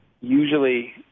usually